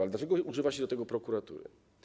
Ale dlaczego używa się do tego prokuratury?